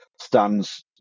stands